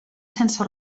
sense